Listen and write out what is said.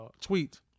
tweet